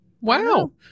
wow